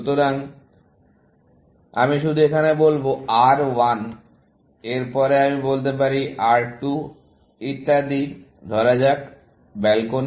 সুতরাং আমি শুধু এখানে বলব R1 এরপরে আমরা বলতে পারি R2 ইত্যাদি ধরা যাক ব্যালকনি